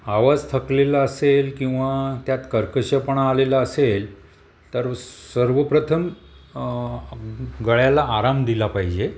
आवाज थकलेला असेल किंवा त्यात कर्कश्शपणा आलेलं असेल तर सर्वप्रथम गळ्याला आराम दिला पाहिजे